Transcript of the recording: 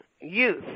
youth